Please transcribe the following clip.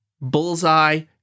Bullseye